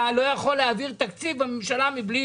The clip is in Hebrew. אתה לא יכול להעביר תקציב בממשלה מבלי